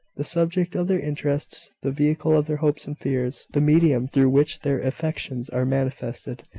the subject of their interests, the vehicle of their hopes and fears, the medium through which their affections are manifested,